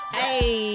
hey